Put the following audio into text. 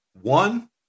one